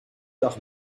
dag